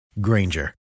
Granger